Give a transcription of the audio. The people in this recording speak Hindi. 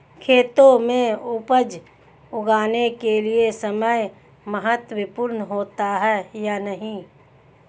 खेतों में उपज उगाने के लिये समय महत्वपूर्ण होता है या नहीं?